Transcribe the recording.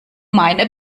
meine